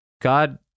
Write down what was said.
God